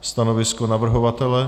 Stanovisko navrhovatele? .